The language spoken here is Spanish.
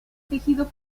tejido